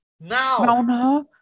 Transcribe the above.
now